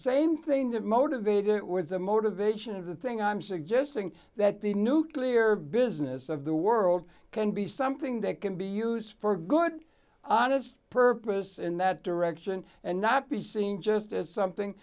same thing that motivated it with the motivation of the thing i'm suggesting that the nuclear business of the world can be something that can be used for good honest purpose in that direction and not be seen just as something